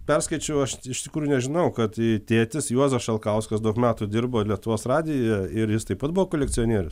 perskaičiau aš iš tikrųjų nežinojau kad tėtis juozas šalkauskas daug metų dirbo ir lietuvos radijuje ir jis taip pat buvo kolekcionierius